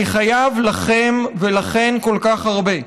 אני חייב לכם ולכן כל כך הרבה.